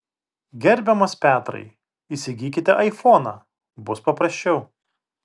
gerbiamas petrai įsigykite aifoną bus paprasčiau